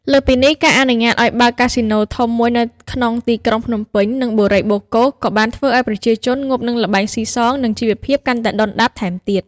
លើសពីនេះ ការអនុញ្ញាតឱ្យបើក កាស៊ីណូ ធំមួយនៅក្នុងទីក្រុងភ្នំពេញ និងបុរីបូកគោ ក៏បានធ្វើឱ្យប្រជាជនងប់នឹងល្បែងស៊ីសង និងជីវភាពកាន់តែដុនដាបថែមទៀត។